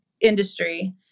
industry